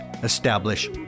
Establish